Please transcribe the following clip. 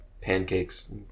pancakes